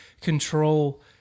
control –